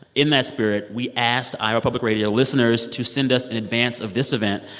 in that spirit, we asked iowa public radio listeners to send us, in advance of this event,